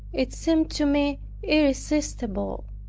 it seemed to me irresistible.